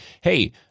hey